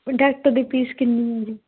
doctor ਦੀ fees ਕਿੰਨੀ ਹੈ ਜੀ